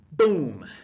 Boom